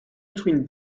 between